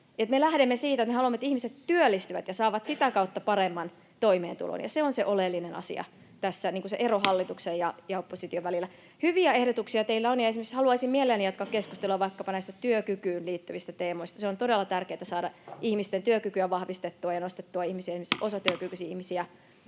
haluamme, että ihmiset työllistyvät ja saavat sitä kautta paremman toimeentulon, ja se on se oleellinen asia tässä, se ero hallituksen ja opposition välillä. Hyviä ehdotuksia teillä on, ja haluaisin mielelläni jatkaa keskustelua esimerkiksi vaikkapa näistä työkykyyn liittyvistä teemoista. On todella tärkeätä saada ihmisten työkykyä vahvistettua ja nostettua ihmisiä,